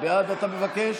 בעד אתה מבקש?